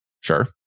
Sure